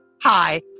hi